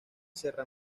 serra